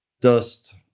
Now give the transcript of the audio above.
dust